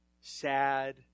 sad